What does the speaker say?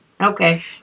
Okay